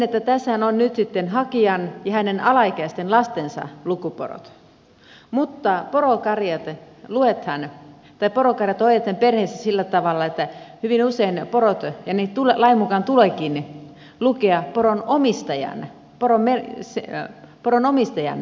elikkä tässähän on nyt sitten hakijan ja hänen alaikäisten lastensa lukuporot mutta porokarjat ohjataan perheessä sillä tavalla että hyvin usein porot luetaan ja lain mukaan tuleekin lukea poron omistajan porolukuun